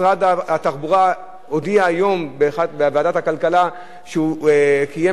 משרד התחבורה הודיע היום בוועדת הכלכלה שהוא קיים